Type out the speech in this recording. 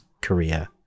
korea